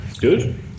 good